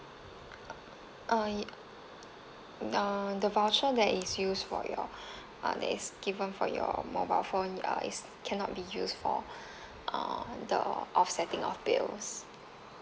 uh uh the voucher that is used for your uh that is given for your mobile phone uh is cannot be used for uh the offsetting of bills